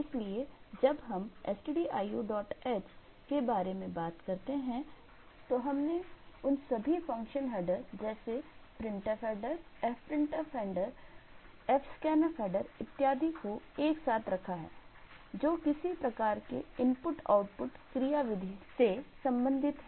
इसलिए जब हम stdioh के बारे में बात करते हैं तो हमने उन सभी फ़ंक्शन हेडर जैसे printf header fprintf header fscanf header इत्यादि को एक साथ रखा है जो किसी प्रकार के इनपुट आउटपुट क्रियाविधि से संबंधित है